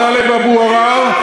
טלב אבו עראר,